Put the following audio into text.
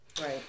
Right